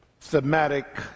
thematic